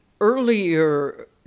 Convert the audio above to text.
earlier